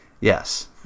Yes